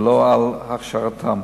ולא על הכשרתם.